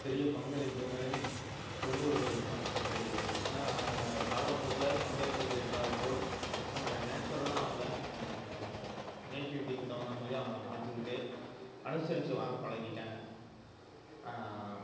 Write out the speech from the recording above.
பெரிய பங்களிப்புங்களையும் கொண்டு வருவதற்கான வாய்ப்புகள் இல்லை ஏன்னா அவங்க காலப்போக்கில் சமூதாயத்துக்கு ஏற்றார் போல் அவங்கள நேச்சுரலாக அவங்கள நேட்டிவிட்டிக்கு தகுந்த மாதிரி அவங்கள மாற்றிக்கிட்டு அனுசரிச்சு வாழ பழகிகிட்டாங்க